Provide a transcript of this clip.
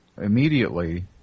immediately